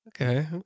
Okay